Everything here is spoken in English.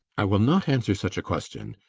i will not answer such a question.